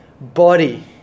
body